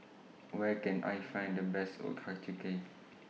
Where Can I Find The Best Ochazuke